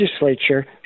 legislature